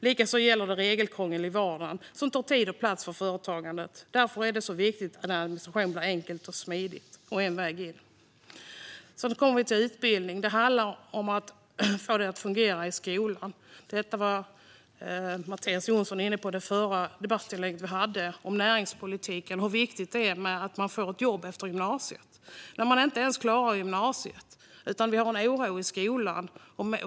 Likaså gäller det regelkrångel i vardagen som tar tid och plats från företagandet. Därför är det så viktigt att administrationen blir enkel och smidig med en väg in. Jag går över till frågan om utbildning. Mattias Jonsson tog upp frågan i den förra debatten om näringspolitiken. Han menade att det är viktigt att kunna ta ett jobb efter gymnasiet. Men om man inte ens klarar gymnasiet? Det finns en oro i skolan.